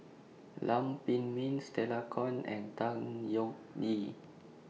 Lam Pin Min Stella Kon and Tan Yeok Nee